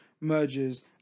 mergers